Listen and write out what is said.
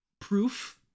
proof